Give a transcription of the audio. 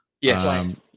Yes